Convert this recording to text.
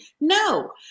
No